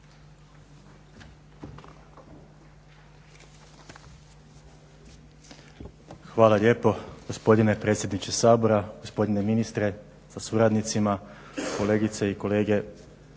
Hvala lijepo gospodine predsjedniče Sabora, gospodine ministre sa suradnicima, kolegice i kolege